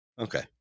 Okay